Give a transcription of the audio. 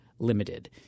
limited